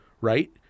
right